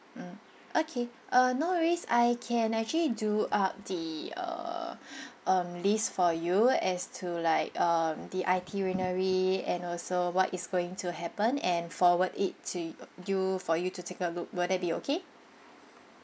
mm okay uh no worries I can actually do up the err um list for you as to like um the itinerary and also what is going to happen and forward it to you for you to take a look will that be okay